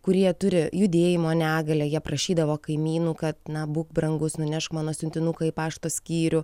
kurie turi judėjimo negalią jie prašydavo kaimynų kad na būk brangus nunešk mano siuntinuką į pašto skyrių